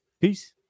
Peace